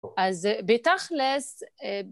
אז בתכל'ס